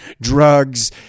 drugs